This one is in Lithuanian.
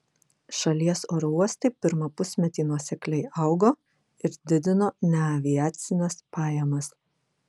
šalies oro uostai pirmą pusmetį nuosekliai augo ir didino neaviacines pajamas